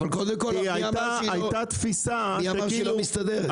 כי הייתה תפיסה -- מי אמר שהיא לא מסתדרת?